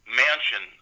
mansion